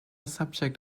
subject